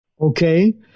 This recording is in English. Okay